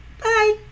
Bye